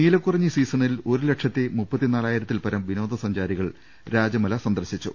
നീലകുറിഞ്ഞി സീസണിൽ ഒരു ലക്ഷത്തി മുപ്പത്തിനാലായിര ത്തിൽ പരം വിനോദസഞ്ചാരികൾ രാജമലസന്ദർശിച്ചു